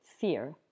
fear